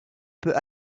peut